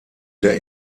der